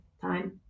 time